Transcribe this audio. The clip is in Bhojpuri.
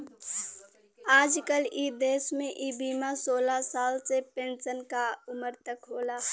आजकल इ देस में इ बीमा सोलह साल से पेन्सन क उमर तक होला